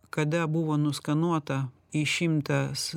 kada buvo nuskanuota išimtas